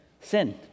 Sin